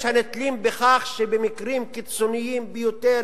כאשר יש הנתלים בכך שבמקרים קיצוניים ביותר,